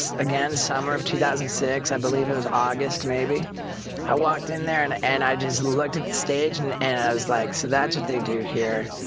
ah again summer of two thousand and six i believe it was august maybe i walked in there and and i just looked at the stage and as like so that's what they do here.